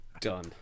done